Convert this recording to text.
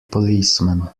policeman